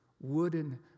wooden